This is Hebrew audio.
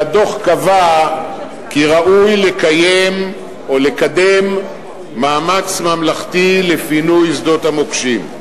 והדוח קבע כי ראוי לקיים או לקדם מאמץ ממלכתי לפינוי שדות המוקשים.